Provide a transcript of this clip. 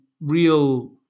real